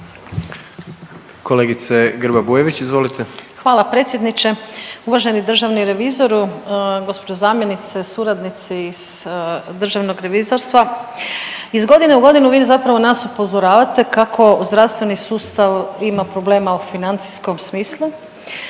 izvolite. **Grba-Bujević, Maja (HDZ)** Hvala predsjedniče. Uvaženi državni revizoru, gospođo zamjenice, suradnici s državnog revizorstva, iz godine u godinu vi nas zapravo upozoravate kako zdravstveni sustav ima problema u financijskom smislu.